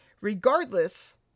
Regardless